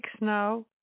now